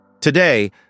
Today